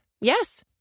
Yes